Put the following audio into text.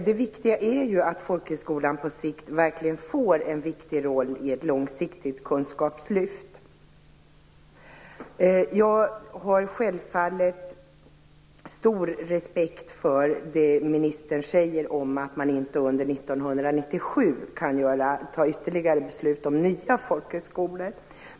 Det viktiga är ju att folkhögskolan verkligen får en viktig roll i ett långsiktigt kunskapslyft. Jag har självfallet stor respekt för det ministern säger om att man inte under 1997 kan ta ytterligare beslut om nya folkhögskolor.